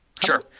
Sure